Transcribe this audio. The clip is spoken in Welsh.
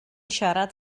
siarad